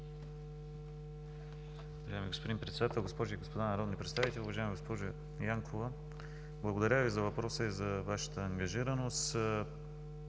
благодаря Ви за въпроса и за Вашата ангажираност.